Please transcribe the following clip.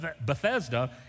Bethesda